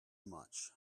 much